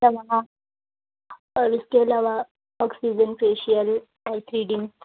اور اس کے علاوہ آکسیزن فیشیل اور تھریڈنگ